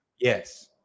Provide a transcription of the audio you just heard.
Yes